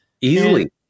Easily